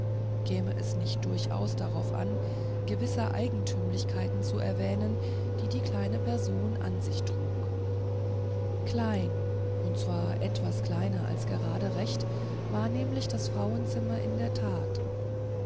käme es nicht durchaus darauf an gewisser eigentümlichkeiten zu erwähnen die die kleine person an sich trug klein und zwar etwas kleiner als gerade recht war nämlich das frauenzimmer in der tat